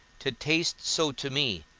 to taste so to me,